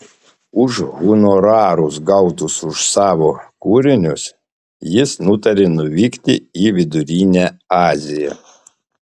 už honorarus gautus už savo kūrinius jis nutarė nuvykti į vidurinę aziją